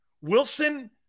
Wilson